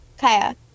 Kaya